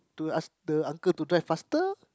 to ask the uncle to drive faster